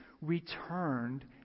returned